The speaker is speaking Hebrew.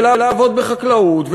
ולעבוד בחקלאות,